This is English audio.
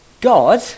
God